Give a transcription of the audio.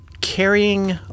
Carrying